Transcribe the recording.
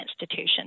institution